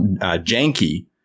janky